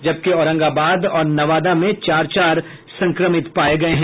जबकि औरंगाबाद और नवादा में चार चार संक्रमित पाये गये हैं